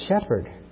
shepherd